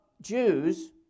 Jews